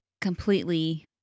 completely